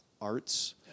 Arts